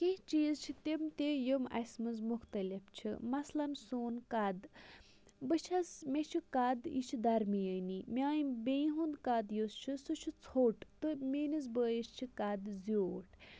کیٚنٛہہ چیٖز چھِ تِم تہٕ یِم اَسہِ مَنٛز مُختلِف چھِ مَثلاً سون قَد بہٕ چھَس مےٚ چھُ قَد یہِ چھُ درمیٛٲنی میٛانہِ بیٚنہِ ہُنٛد قَد یُس چھُ سُہ چھُ ژھوٚٹ تہٕ میٲنِس بٲیِس چھُ قَد زیوٗٹھ